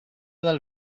dal